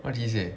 what did you say